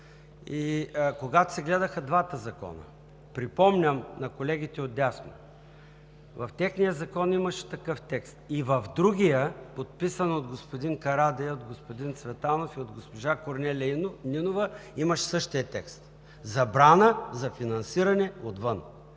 и когато се гледаха двата закона. Припомням на колегите отдясно – в техния Закон имаше такъв текст и в другия, подписан от господин Карадайъ, от господин Цветанов и от госпожа Корнелия Нинова, имаше същия текст – забрана за финансиране отвън.